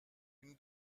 une